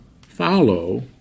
follow